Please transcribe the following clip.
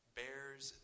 bears